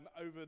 over